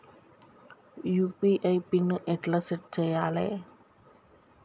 UPI PIN ఎట్లా set చేయాలే?